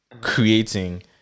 creating